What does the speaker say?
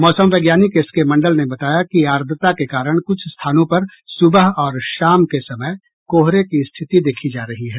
मौसम वैज्ञानिक एसके मंडल ने बताया कि आर्द्रता के कारण कुछ स्थानों पर सुबह और शाम के समय कोहरे की स्थिति देखी जा रही है